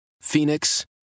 Phoenix